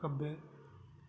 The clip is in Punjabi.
ਖੱਬੇ